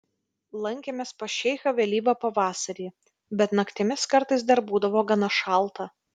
lankėmės pas šeichą vėlyvą pavasarį bet naktimis kartais dar būdavo gana šalta